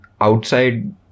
outside